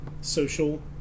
social